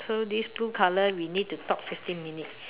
so this blue colour we need to talk fifteen minutes